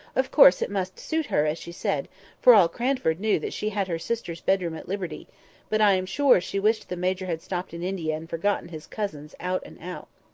of course it must suit her, as she said for all cranford knew that she had her sister's bedroom at liberty but i am sure she wished the major had stopped in india and forgotten his cousins out and out.